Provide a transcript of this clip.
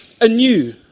anew